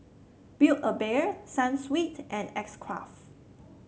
Build A Bear Sunsweet and X Craft